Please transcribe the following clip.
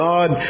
God